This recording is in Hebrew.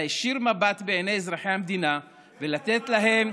להישיר מבט בעיני אזרחי המדינה ולתת להם,